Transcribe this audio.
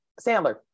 Sandler